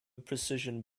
precision